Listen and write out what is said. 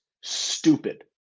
stupid